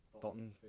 Dalton